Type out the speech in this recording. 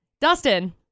Dustin